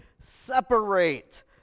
separate